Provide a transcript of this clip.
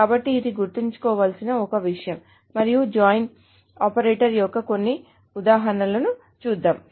కాబట్టి ఇది గుర్తుంచుకోవలసిన ఒక విషయం మరియు జాయిన్ ఆపరేటర్ యొక్క కొన్ని ఉదాహరణలు చూద్దాం